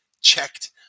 checked